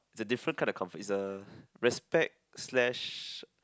is the different kind of comfort is the respect slash